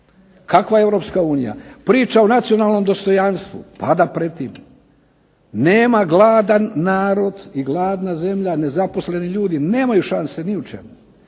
Kakva Europska unija. Priča o nacionalnom dostojanstvu pada pred tim. Nema glada narod i gladna zemlja, nezaposleni ljudi nemaju šanse ni u čemu.